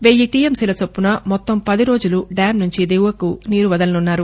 వెయ్యి టీఎంసీల చొప్పున మొత్తం పది రోజులు డ్యాం నుంచి దిగువకు నీరు వదలనున్నారు